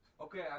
Okay